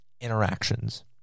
interactions